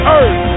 earth